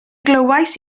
glywais